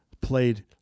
played